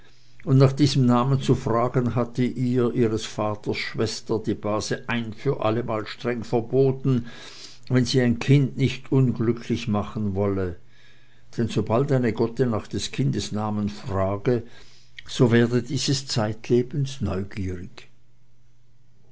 und nach diesem namen zu fragen hatte ihr ihres vaters schwester die base ein für allemal streng verboten wenn sie ein kind nicht unglücklich machen wolle denn sobald eine gotte nach des kindes namen frage so werde dieses zeitlebens neugierig